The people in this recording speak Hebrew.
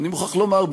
אני מוכרח לומר,